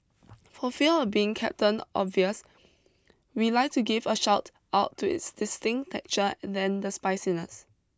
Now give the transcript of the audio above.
for fear of being Captain Obvious we'd like to give a shout out to its distinct texture and than the spiciness